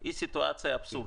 הוא סיטואציה אבסורדית.